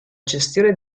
gestione